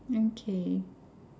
okay